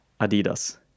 Adidas